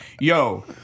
Yo